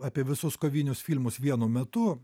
apie visus kovinius filmus vienu metu